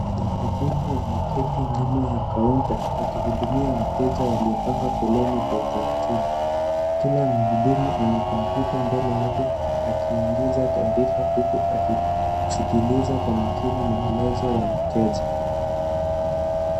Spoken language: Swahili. Wahudumu wameketi nyuma ya kaunta wakihudumia wateja waliopanga foleni kwa utaratibu, kila muhudumu ana kompyuta mbele yake akiingiza taarifa huku akisikiliza kwa makini maelezo ya mteja.